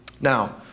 Now